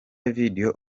video